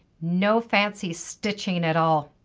no fancy stitching at all.